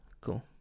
Cool